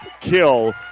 kill